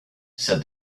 said